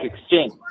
exchange